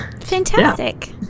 Fantastic